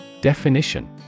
Definition